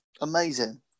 Amazing